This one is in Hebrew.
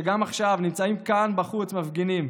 שגם עכשיו נמצאים כאן בחוץ, מפגינים,